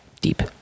Deep